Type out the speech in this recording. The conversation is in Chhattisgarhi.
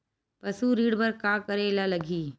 पशु ऋण बर का करे ला लगही?